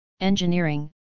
Engineering